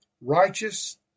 righteous